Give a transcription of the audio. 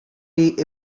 jej